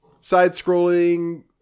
side-scrolling